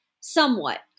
somewhat